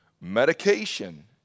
Medication